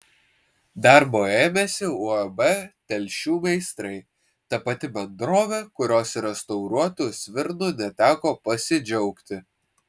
darbo ėmėsi uab telšių meistrai ta pati bendrovė kurios restauruotu svirnu neteko pasidžiaugti